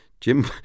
Jim